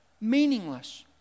meaningless